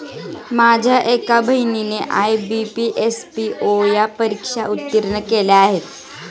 माझ्या एका बहिणीने आय.बी.पी, एस.पी.ओ या परीक्षा उत्तीर्ण केल्या आहेत